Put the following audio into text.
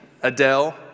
Adele